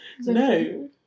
No